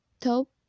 top